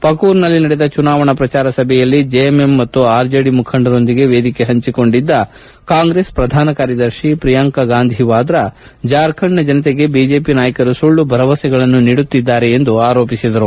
ಪಕೂರ್ನಲ್ಲಿ ನಡೆದ ಚುನಾವಣಾ ಪ್ರಚಾರ ಸಭೆಯಲ್ಲಿ ಜೆಎಂಎಂ ಮತ್ತು ಆರ್ಜೆಡಿ ಮುಖಂಡರೊಂದಿಗೆ ವೇದಿಕೆ ಪಂಚಿಕೊಂಡಿದ್ದ ಕಾಂಗ್ರೆಸ್ ಪ್ರಧಾನ ಕಾರ್ಯದರ್ಶಿ ಪ್ರಿಯಾಂಕಾ ಗಾಂಧಿ ವಾದ್ರಾ ಜಾರ್ಖಂಡ್ನ ಜನತೆಗೆ ಬಿಜೆಪಿ ನಾಯಕರು ಸುಳ್ಳು ಭರವಸೆಗಳನ್ನು ನೀಡುತ್ತಿದ್ದಾರೆಂದು ಆರೋಪಿಸಿದರು